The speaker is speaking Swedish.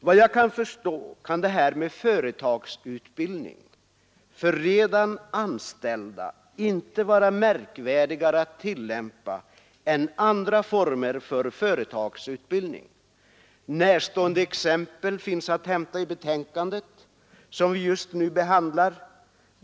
Vad jag förstår kan en företagsutbildning för redan anställda inte vara någonting märkvärdigare än andra former av företagsutbildning. Exempel på näraliggande åtgärder finns att hämta i det utskottsbetänkande som vi just nu behandlar.